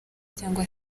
cyangwa